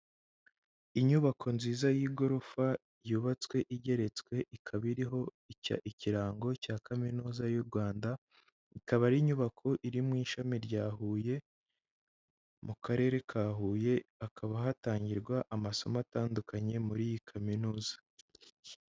Inyubako nziza y'igorofa yubatswe igeretswe ikaba iriho ikirango cya kaminuza y'u Rwanda, ikaba ari inyubako iri mu ishami rya Huye, mu karere ka Huye, hakaba hatangirwa amasomo atandukanye muri iyi kaminuza.